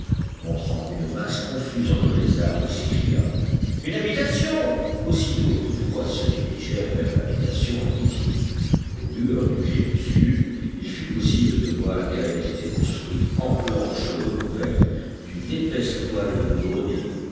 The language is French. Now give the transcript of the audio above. montrant une masse confuse entre les arbres s'écria une habitation aussitôt tous trois se dirigèrent vers l'habitation indiquée aux lueurs du crépuscule il fut possible de voir qu'elle avait été construite en planches recouvertes d'une épaisse toile goudronnée